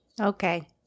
Okay